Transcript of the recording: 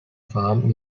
farm